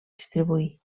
distribuir